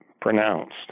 pronounced